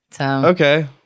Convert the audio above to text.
Okay